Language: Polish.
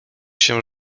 się